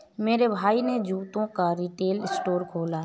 मेरे भाई ने जूतों का रिटेल स्टोर खोला है